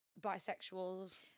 bisexuals